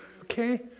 Okay